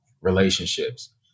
relationships